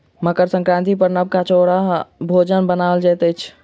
मकर संक्रांति पर नबका चौरक भोजन बनायल जाइत अछि